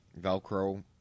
Velcro